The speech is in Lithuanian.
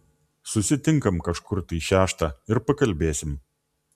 susitinkam kažkur tai šeštą ir pakalbėsim